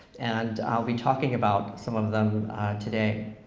and i'll be talking about some of them today.